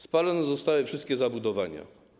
Spalone zostały wszystkie zabudowania.